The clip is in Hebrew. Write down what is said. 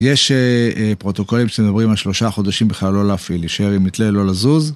יש פרוטוקולים שמדברים על שלושה חודשים בכלל, לא להפעיל, להישאר עם מתלה, לא לזוז.